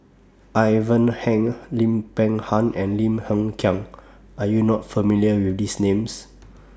Ivan Heng Lim Peng Han and Lim Hng Kiang Are YOU not familiar with These Names